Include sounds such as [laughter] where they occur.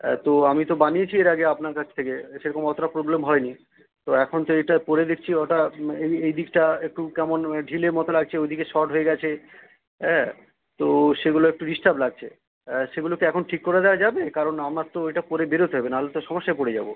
এত আমি তো বানিয়েছি এর আগে আপনার কাছ থেকে সেরকম অতটা প্রবলেম হয় নি তো এখন তো এটা পরে দেখছি ওটা এই এই দিকটা একটু কেমন ঢিলে মতো লাগছে ওদিকে শর্ট হয়ে গেছে হ্যাঁ তো সেগুলো একটু [unintelligible] লাগছে হ্যাঁ সেগুলোকে এখন ঠিক করে দেওয়া যাবে কারণ আমার তো ওইটা পরে বেরোতে হবে নাহলে তো সমস্যায় পড়ে যাবো